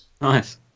Nice